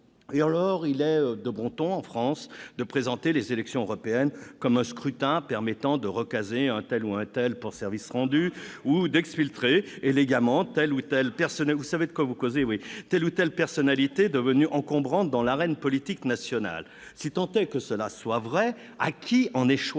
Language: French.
Il est de bon ton, en France, de présenter les élections européennes comme un scrutin permettant de recaser un tel ou un tel pour service rendu ou d'exfiltrer élégamment telle ou telle personnalité devenue encombrante dans l'arène politique nationale. Ça peut arriver ! Vous savez de quoi